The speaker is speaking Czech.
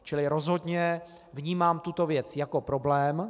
Čili rozhodně vnímám tuto věc jako problém.